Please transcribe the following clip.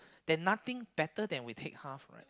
then nothing better than we take half right